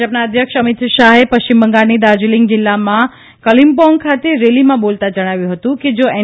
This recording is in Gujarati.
ભાજપના અધ્યક્ષ અમિત શાહે પશ્ચિમ બંગાળની દાર્જલીંગ જિલ્લામાં કલીમપોંગ ખાતે રેલીમાં બોલતા જણાવ્યું હતું કે જો એન